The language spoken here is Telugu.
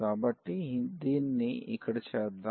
కాబట్టి దీన్ని ఇక్కడ చేద్దాం